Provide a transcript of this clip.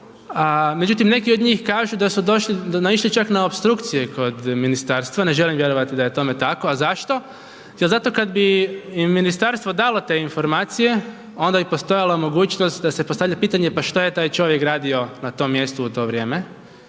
međutim neki od njih kažu da su došli, naišli čak na opstrukciju i kod ministarstva. Ne želim vjerovati da je tome tako, a zašto, jer zato kad mi im ministarstvo dalo te informacije onda bi postojala mogućnost da se postavlja pitanje pa šta je taj čovjek radio na tom mjestu u to vrijeme,